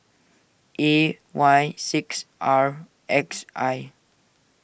A Y six R X I